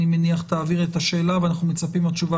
אני מניח שגם תעבירי את השאלה ואנחנו מצפים לתשובה